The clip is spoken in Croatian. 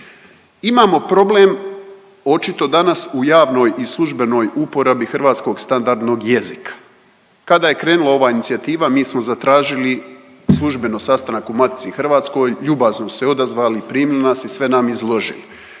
Imamo problem očito danas u javnoj i službenoj uporabi hrvatskog standardnog jezika. Kada je krenula ova inicijativa mi smo zatražili službeno sastanak u Matici hrvatskoj, ljubazno su se odazvali, primili nas i sve nam izložili.